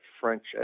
French